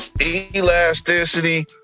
elasticity